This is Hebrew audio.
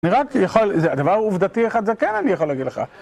אני רק יכול, זה דבר עובדתי אחד, זה כן אני יכול להגיד לך.